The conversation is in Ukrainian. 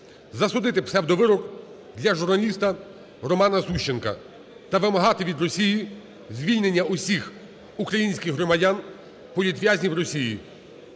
засудити псевдовирок для журналіста Романа Сущенка та вимагати від Росії звільнення усіх українських громадян, політв'язнів Росії.